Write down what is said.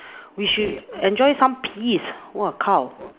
we should enjoy some peace